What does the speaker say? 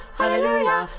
hallelujah